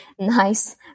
nice